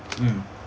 mm